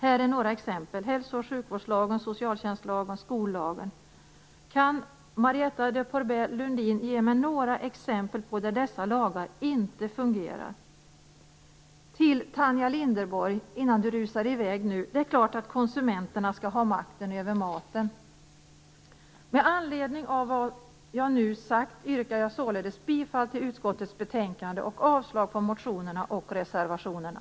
Här följer några exempel: Hälsooch sjukvårdslagen, socialtjänstlagen och skollagen. Kan Marietta de Pourbaix-Lundin ge mig några exempel på områden där dessa lagar inte fungerar? Till Tanja Linderborg innan hon nu rusar iväg från kammaren: Det är klart att konsumenterna skall ha makten över maten. Med anledning av vad jag nu har sagt yrkar jag bifall till utskottets hemställan och avslag på motionerna och reservationerna.